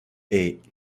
eight